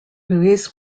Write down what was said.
louis